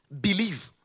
believe